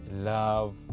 love